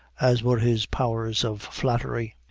as were his powers of flattery.